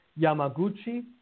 Yamaguchi